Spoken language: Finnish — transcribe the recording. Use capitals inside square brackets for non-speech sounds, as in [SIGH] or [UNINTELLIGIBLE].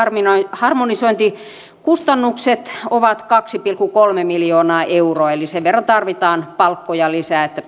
harmonisointikustannukset ovat kaksi pilkku kolme miljoonaa euroa eli sen verran tarvitaan palkkarahaa lisää että [UNINTELLIGIBLE]